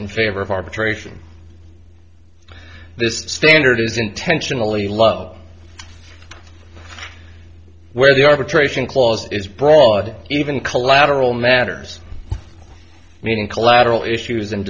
in favor of arbitration this standard is intentionally love where the arbitration clause is broad even collateral matters meaning collateral issues and